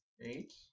Eight